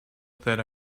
that